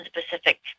specific